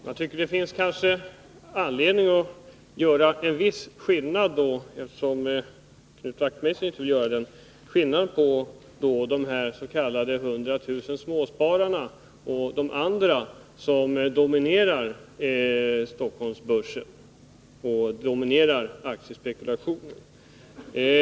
Herr talman! Jag tycker det finns anledning att göra en viss skillnad — Knut Wachtmeister vill ju inte göra det — mellan de hundratusentals småspararna och de andra som dominerar Stockholmsbörsen och aktiespekulationen.